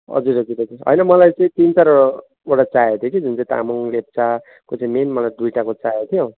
हजुर हजुर दाजु होइन मलाई चाहिँ तिन चार वटा चाहिएको थियो कि जुन चाहिँ तामाङ लेप्चाको चाहिँ मेन मलाई दुईवटाको चाहिएको थियो